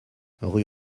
rue